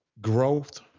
growth